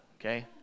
Okay